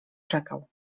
czekał